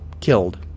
killed